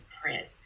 print